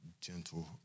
gentle